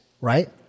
right